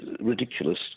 ridiculous